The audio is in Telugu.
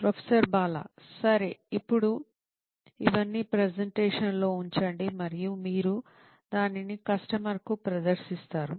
ప్రొఫెసర్ బాలా సరే ఇప్పుడు ఇవన్నీ ప్రెజెంటేషన్లో ఉంచండి మరియు మీరు దానిని కస్టమర్కు ప్రదర్శిస్తారు